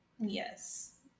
Yes